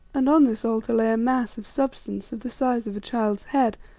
and on this altar lay a mass of substance of the size of a child's head,